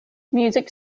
music